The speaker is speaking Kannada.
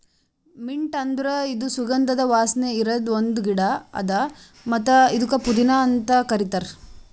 ಮಿಂಟ್ ಅಂದುರ್ ಇದು ಸುಗಂಧದ ವಾಸನೆ ಇರದ್ ಒಂದ್ ಗಿಡ ಅದಾ ಮತ್ತ ಇದುಕ್ ಪುದೀನಾ ಅಂತ್ ಕರಿತಾರ್